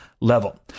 level